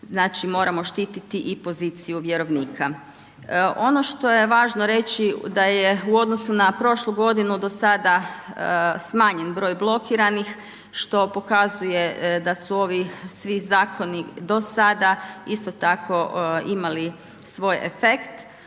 Znači moramo štiti i poziciju vjerovnika. Ono što je važno reći da je u odnosu na prošlu godinu do sada smanjen broj blokiranih što pokazuje da su ovi svi zakoni do sada isto tako imali svoj efekt,